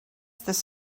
this